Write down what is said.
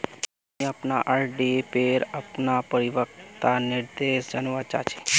मुई अपना आर.डी पोर अपना परिपक्वता निर्देश जानवा चहची